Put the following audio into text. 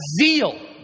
zeal